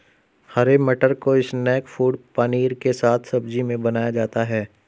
हरे मटर को snack food paneer के साथ सब्जी में बनाया जाता है